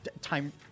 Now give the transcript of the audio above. Time